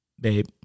babe